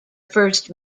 first